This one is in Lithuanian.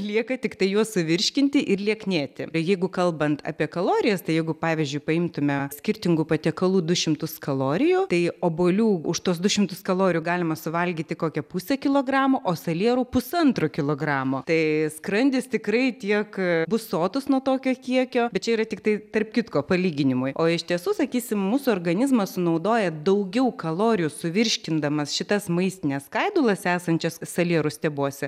lieka tiktai juos suvirškinti ir lieknėti jeigu kalbant apie kalorijas tai jeigu pavyzdžiui paimtume skirtingų patiekalų du šimtus kalorijų tai obuolių už tuos du šimtus kalorijų galima suvalgyti kokią pusę kilogramo o salierų pusantro kilogramo tai skrandis tikrai tiek bus sotus nuo tokio kiekio bet čia yra tiktai tarp kitko palyginimui o iš tiesų sakysim mūsų organizmas sunaudoja daugiau kalorijų suvirškindamas šitas maistines skaidulas esančias salierų stiebuose